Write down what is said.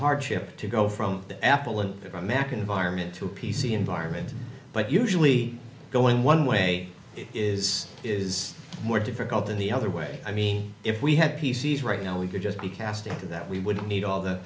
hardship to go from apple in a mac environment to a p c environment but usually going one way is is more difficult than the other way i mean if we had p c s right now we could just be cast into that we wouldn't need all the